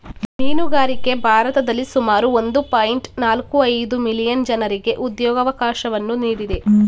ಮೀನುಗಾರಿಕೆ ಭಾರತದಲ್ಲಿ ಸುಮಾರು ಒಂದು ಪಾಯಿಂಟ್ ನಾಲ್ಕು ಐದು ಮಿಲಿಯನ್ ಜನರಿಗೆ ಉದ್ಯೋಗವಕಾಶವನ್ನು ನೀಡಿದೆ